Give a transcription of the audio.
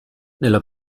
nella